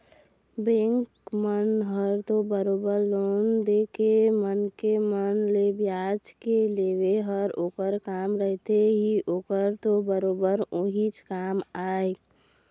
bank मन ह तो बरोबर लोन देके मनखे मन ले बियाज के लेवई ह तो ओखर काम रहिथे ही ओखर तो बरोबर उहीच काम आय